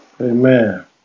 Amen